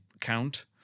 count